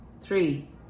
Three